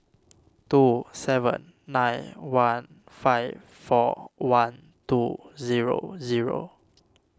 two seven nine one five four one two zero zero